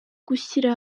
gushyira